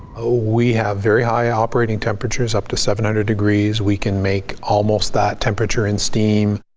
ah we have very high operating temperatures up to seven hundred degrees. we can make almost that temperature in steam.